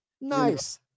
Nice